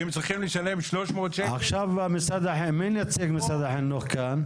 שהם צריכים לשלם שלוש מאות שקל --- מי נציג משרד החינוך כאן?